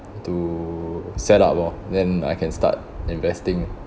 to set up lor then I can start investing